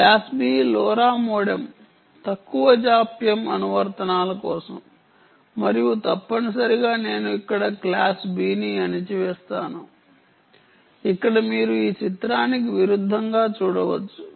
class B LoRa modem తక్కువ జాప్యం అనువర్తనాల కోసం మరియు తప్పనిసరిగా నేను ఇక్కడ క్లాస్ బి ని అణిచివేసాను ఇక్కడ మీరు ఈ చిత్రానికి విరుద్ధంగా చూడవచ్చు